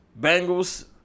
Bengals